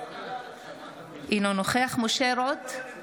אינו נוכח משה רוט,